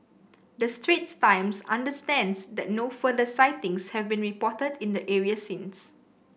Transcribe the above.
the Straits Times understands that no further sightings have been reported in the areas since